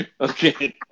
Okay